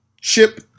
ship